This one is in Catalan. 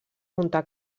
muntar